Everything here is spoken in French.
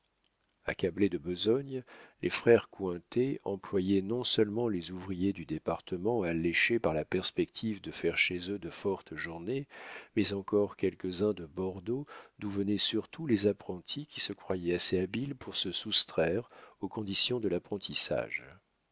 accablés de besogne les frères cointet employaient non-seulement les ouvriers du département alléchés par la perspective de faire chez eux de fortes journées mais encore quelques-uns de bordeaux d'où venaient surtout les apprentis qui se croyaient assez habiles pour se soustraire aux conditions de l'apprentissage